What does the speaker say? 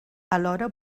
alhora